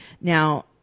Now